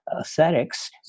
aesthetics